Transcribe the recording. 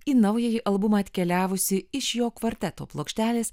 į naująjį albumą atkeliavusi iš jo kvarteto plokštelės